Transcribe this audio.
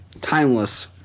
Timeless